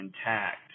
intact